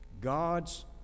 God's